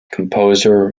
composer